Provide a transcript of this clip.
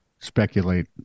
speculate